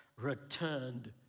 returned